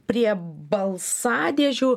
prie balsadėžių